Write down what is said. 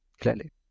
clearly